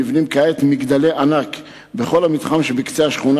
נבנים כעת מגדלי ענק בכל המתחם שבקצה השכונה